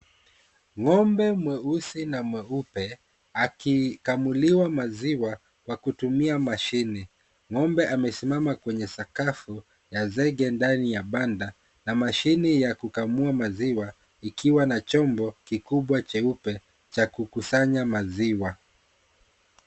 Ng'ombe mweusi na mweupe, akikamuliwa maziwa wakutumia mashine. Ng'ombe amesimama kwenye sakafu ya zege ndani ya banda, na mashini ya kukamua maziwa ikiwa na chombo kikubwa cheupe cha kukusanya maziwa.